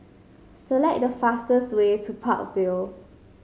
select the fastest way to Park Vale